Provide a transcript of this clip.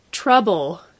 Trouble